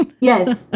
Yes